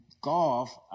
Golf